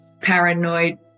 paranoid